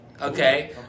okay